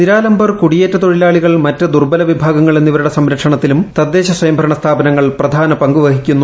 നിരാലംബർ കുടിയേറ്റ തൊഴിലാളികൾ മറ്റ് ദുർബല വിഭാഗങ്ങൾ എന്നിവരുടെ സംരക്ഷണത്തിലും തദ്ദേശസ്വയംഭരണ സ്ഥാപനങ്ങൾ പ്രധാന പങ്ക് വഹിക്കുന്നു